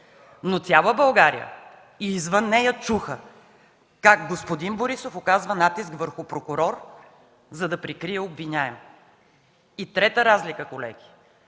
но цяла България и извън нея чуха как господин Борисов оказва натиск върху прокурор, за да прикрие обвиняем. Трета разлика, колеги.